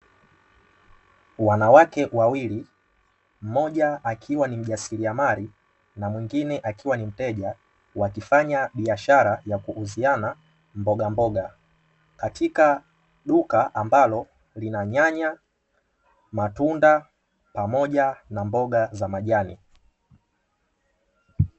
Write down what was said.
Wanawake wawili mmoja akiwa ni mjasiliamali na mwingine akiwa ni mteja wakifanya biashara ya kuuziana mboga mboga, katika duka ambalo lina nyanya, matunda, pamoja na mboga za majani.